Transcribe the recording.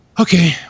Okay